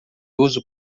uso